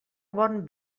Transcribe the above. bon